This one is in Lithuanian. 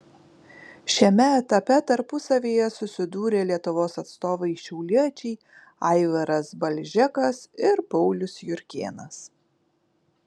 šiame etape tarpusavyje susidūrė lietuvos atstovai šiauliečiai aivaras balžekas ir paulius jurkėnas